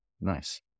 nice